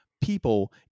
people